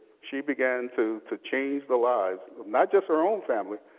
she began to to change the lives of not just her own family,